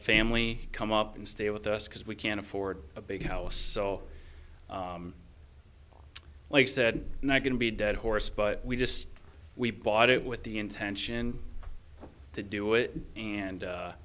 family come up and stay with us because we can't afford a big house so like said not going to be a dead horse but we just we bought it with the intention to do it and